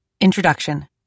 Introduction